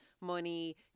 money